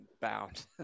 bound